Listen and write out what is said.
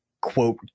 quote